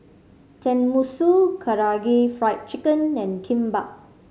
Tenmusu Karaage Fried Chicken and Kimbap